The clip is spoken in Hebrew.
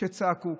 שצעקו.